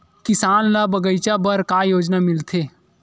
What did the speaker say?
किसान ल बगीचा बर का योजना मिलथे?